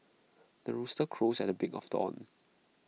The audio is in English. the rooster crows at the break of dawn